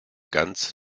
ganz